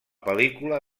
pel·lícula